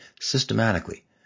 systematically